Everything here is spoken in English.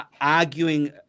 arguing